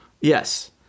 Yes